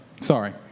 sorry